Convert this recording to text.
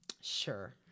Sure